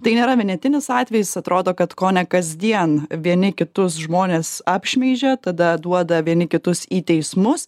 tai nėra vienetinis atvejis atrodo kad kone kasdien vieni kitus žmonės apšmeižia tada duoda vieni kitus į teismus